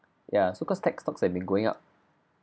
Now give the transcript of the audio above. ya so cause tech stocks have been going up